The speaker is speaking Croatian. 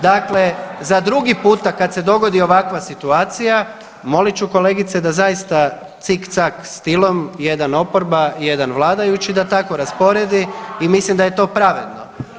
Dakle, za drugi puta kad se dogodi ovakva situacija molit ću kolegice da zaista cik cak stilom jedan oporba jedan vladajući da tako rasporedi i mislim da je to pravedno.